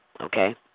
Okay